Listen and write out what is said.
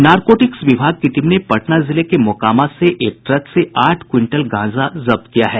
narcotics विभाग की team ने पटना जिले के मोकामा से एक ट्रक से आठ क्विंटल गांजा जब्त किया है